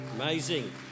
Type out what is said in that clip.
Amazing